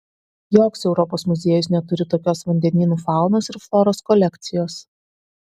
joks europos muziejus neturi tokios vandenynų faunos ir floros kolekcijos